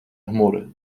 chmury